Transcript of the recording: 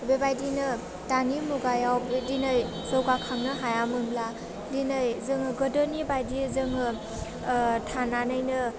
बेबायदिनो दानि मुगायाव दिनै जौगाखांनो हायोमोनब्ला दिनै जोङो गोदोनि बायदि जोङो थानानैनो